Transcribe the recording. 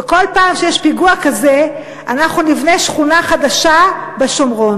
ובכל פעם שיש פיגוע כזה אנחנו נבנה שכונה חדשה בשומרון.